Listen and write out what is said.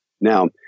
Now